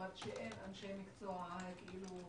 אמרת שאין אנשי מקצוע מוכשרים.